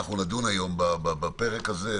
נדון היום בפרק הזה,